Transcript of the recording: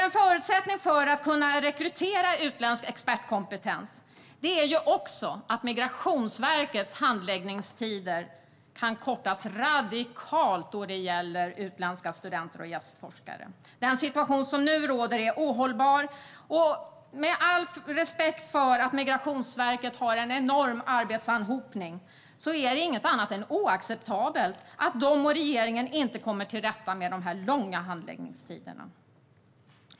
En förutsättning för att kunna rekrytera utländsk expertkompetens är också att Migrationsverkets handläggningstider kan kortas radikalt när det gäller utländska studenter och gästforskare. Den situation som nu råder är ohållbar. Med all respekt för att Migrationsverket har en enorm arbetsanhopning är det inget annat än oacceptabelt att de och regeringen inte kommer till rätta med de långa handläggningstiderna.